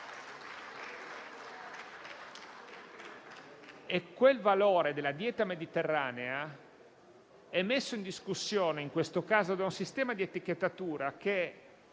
Il valore della dieta mediterranea è messo in discussione, in questo caso, da un sistema di etichettatura che